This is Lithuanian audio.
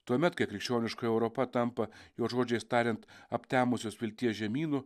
tuomet kai krikščioniška europa tampa jo žodžiais tariant aptemusios vilties žemynu